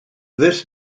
this